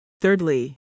Thirdly